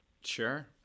Sure